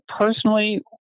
personally